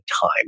time